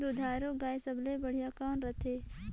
दुधारू गाय सबले बढ़िया कौन रथे?